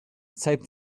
taped